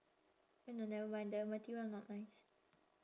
eh no never mind the material not nice